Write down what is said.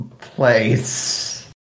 place